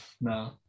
No